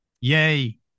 Yay